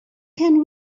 can